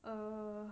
err